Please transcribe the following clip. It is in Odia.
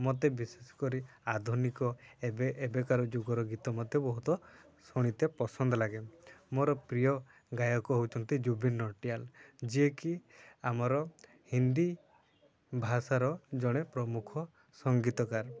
ମତେ ବିଶେଷ କରି ଆଧୁନିକ ଏବେ ଏବେକାର ଯୁଗର ଗୀତ ମତେ ବହୁତ ଶୁଣିତେ ପସନ୍ଦ ଲାଗେ ମୋର ପ୍ରିୟ ଗାୟକ ହେଉଛନ୍ତି ଜୁବିନ୍ ନଟିଆଲ୍ ଯିଏକି ଆମର ହିନ୍ଦୀ ଭାଷାର ଜଣେ ପ୍ରମୁଖ ସଙ୍ଗୀତକାର